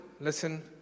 listen